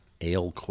ale